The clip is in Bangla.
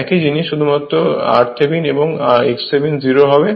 একই জিনিস শুধুমাত্র r থেভনিন এবং x থেভনিন 0 হবে